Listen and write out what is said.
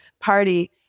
party